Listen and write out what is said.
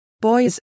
boys